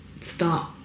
start